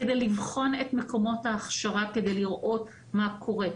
לבחון את מקומות ההכשרה כדי לראות מה קורה.